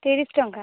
ତିରିଶ ଟଙ୍କା